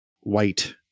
white